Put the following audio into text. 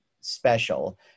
special